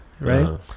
right